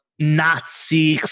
Nazi